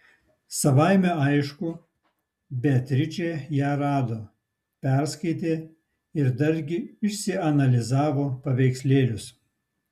savaime aišku beatričė ją rado perskaitė ir dargi išsianalizavo paveikslėlius